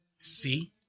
See